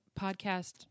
podcast